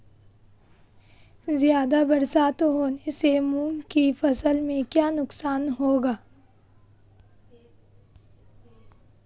ज़्यादा बरसात होने से मूंग की फसल में क्या नुकसान होगा?